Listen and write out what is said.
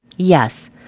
Yes